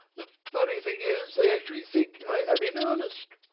the funny thing is, they actually think i am in earnest.